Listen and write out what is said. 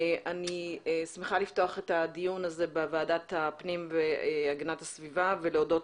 אני שמחה לפתוח את הדיון הזה בוועדת הפנים והגנת הסביבה ולהודות